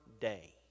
day